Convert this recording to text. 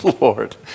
Lord